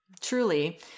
Truly